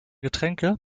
getränke